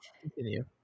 continue